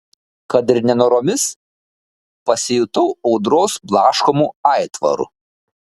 kad ir nenoromis pasijutau audros blaškomu aitvaru